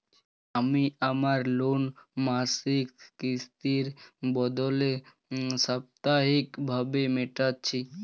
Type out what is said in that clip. আমি আমার লোন মাসিক কিস্তির বদলে সাপ্তাহিক ভাবে মেটাচ্ছি